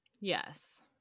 Yes